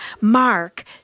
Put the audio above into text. Mark